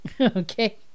Okay